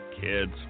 Kids